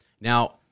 Now